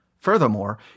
furthermore